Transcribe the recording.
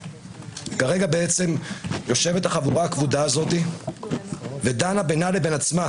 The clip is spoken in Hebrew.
כרגע יושבת החבורה המכובדת הזאת ודנה בינה לבין עצמה